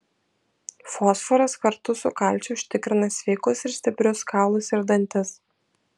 fosforas kartu su kalciu užtikrina sveikus ir stiprius kaulus ir dantis